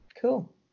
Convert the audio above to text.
cool